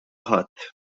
ħadd